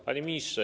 Panie Ministrze!